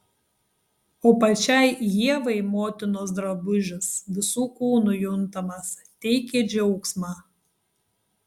o pačiai ievai motinos drabužis visu kūnu juntamas teikė džiaugsmą